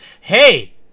Hey